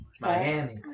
Miami